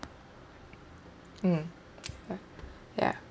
mm ya ya